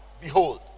behold